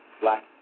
black